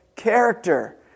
character